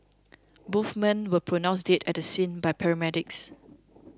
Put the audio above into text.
both men were pronounced dead at the scene by paramedics